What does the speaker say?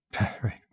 right